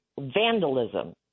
Vandalism